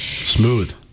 Smooth